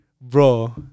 Bro